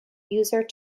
user